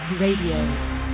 Radio